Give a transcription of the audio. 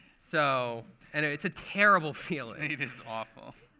so and it's a terrible feeling. it is awful.